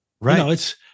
Right